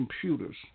computers